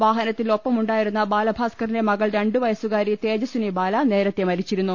വാഹനത്തിൽ ഒപ്പമുണ്ടാ യിരുന്ന ബാലഭാസ്കറിന്റെ മകൾ രണ്ടു വയസുകാരി തേജസ്ഥിനി ബാല നേരത്തെ മരിച്ചിരുന്നു